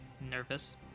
nervous